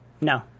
No